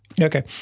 Okay